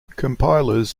compilers